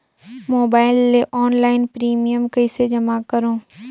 Mobile ले online premium कइसे जमा करों?